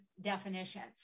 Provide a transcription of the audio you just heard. definitions